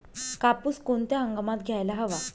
कापूस कोणत्या हंगामात घ्यायला हवा?